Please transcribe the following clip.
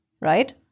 right